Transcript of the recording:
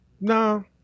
no